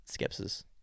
Skepsis